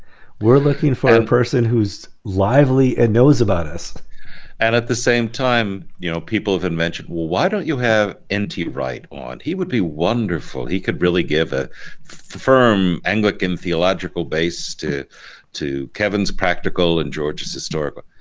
we're looking for a and person who's lively and knows about us. and at the same time, you know people have and mentioned, why don't you have n t. wright on? he would be wonderful he could really give a firm anglican theological base to to kevin's practical and george's historical.